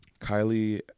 Kylie